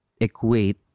equate